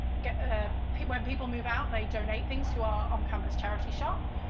ah people and people move out they donate things to our on campus charity shop.